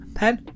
pen